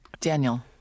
Daniel